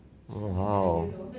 oh !wow!